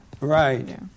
Right